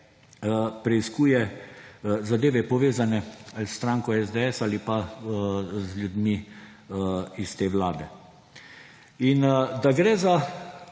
preiskuje zadeve, povezane ali s stranko SDS ali pa z ljudmi iz te vlade. In da gre za